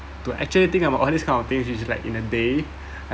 to actually think about all these kind of things you should like in a bed